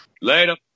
Later